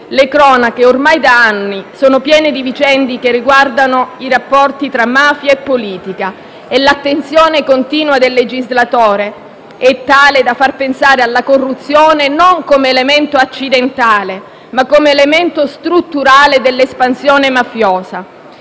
Le cronache, ormai da anni, sono piene di vicende che riguardano i rapporti tra mafia e politica e l'attenzione continua del legislatore è tale da far pensare alla corruzione non come elemento accidentale, ma come elemento strutturale dell'espansione mafiosa.